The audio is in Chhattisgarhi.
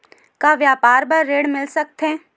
का व्यापार बर ऋण मिल सकथे?